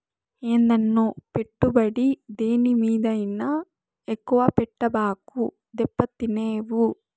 ఏందన్నో, పెట్టుబడి దేని మీదైనా ఎక్కువ పెట్టబాకు, దెబ్బతినేవు